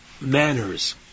manners